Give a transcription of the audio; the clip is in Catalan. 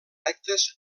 rectes